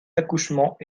accouchements